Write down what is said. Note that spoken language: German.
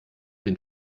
den